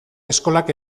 eskolak